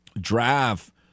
draft